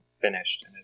finished